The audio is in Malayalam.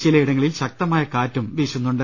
ചിലയിടങ്ങളിൽ ശക്തമായ കാറ്റും വീശുന്നുണ്ട്